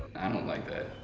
i don't like that.